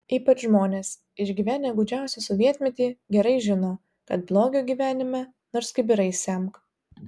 ypač žmonės išgyvenę gūdžiausią sovietmetį gerai žino kad blogio gyvenime nors kibirais semk